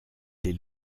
des